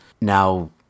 now